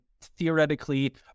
theoretically